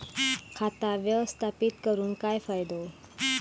खाता व्यवस्थापित करून काय फायदो?